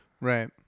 Right